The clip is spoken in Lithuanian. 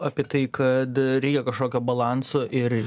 apie tai kad reikia kažkokio balanso ir